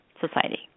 society